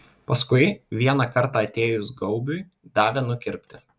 paskui vieną kartą atėjus gaubiui davė nukirpti